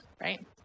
right